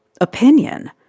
opinion